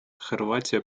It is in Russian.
хорватия